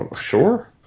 Sure